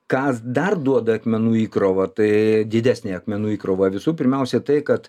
kas dar duoda akmenų įkrovą tai didesnę akmenų įkrovą visų pirmiausiai tai kad